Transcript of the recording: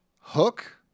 Hook